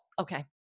Okay